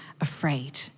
afraid